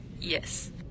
Yes